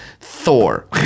Thor